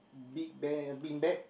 big bear bean bag